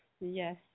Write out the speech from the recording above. Yes